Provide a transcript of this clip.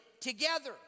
together